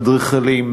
אדריכלים,